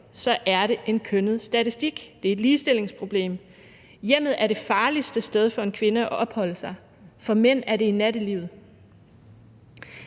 er det en kønnet statistik, det er et ligestillingsproblem. Hjemmet er det farligste sted for en kvinde at opholde sig, for mænd er det i nattelivet.